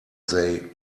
they